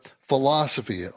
philosophy